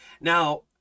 Now